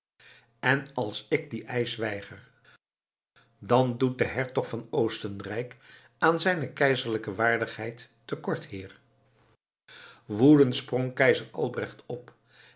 en als ik dien eisch weiger dan doet de hertog van oostenrijk aan zijne keizerlijke waardigheid te kort heer woedend sprong keizer albrecht op